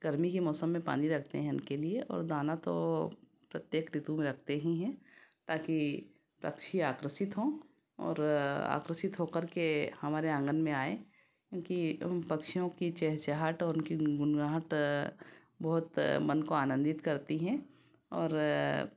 गर्मी की मौसम में पानी रखते हैं उनके लिए और दाना तो प्रत्येक ऋतु में रखते ही हैं ताकि पक्षी आकृषित हों और आकृषित हो करके हमारे आँगन में आएँ क्योंकि पक्षियों की चहचहाहट और उनकी गुनगुनाहट बहुत मन को आनंदित करती हैं और